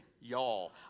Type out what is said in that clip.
Y'all